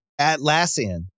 Atlassian